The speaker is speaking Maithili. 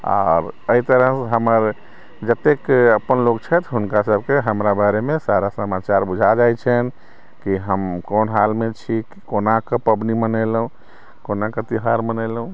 एहि तरह हमर जतेक अपन लोक छथि हुनका सभके हमरा बारेमे सारा समाचार बुझा जाइत छनि कि हम कोन हालमे छी कोनाके पाबनि मनेलहुँ कोनाके त्यौहार मनेलहुँ